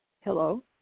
Hello